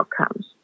outcomes